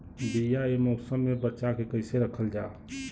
बीया ए मौसम में बचा के कइसे रखल जा?